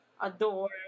adore